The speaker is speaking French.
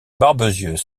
barbezieux